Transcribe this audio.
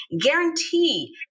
guarantee